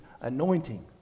anointing